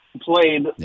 played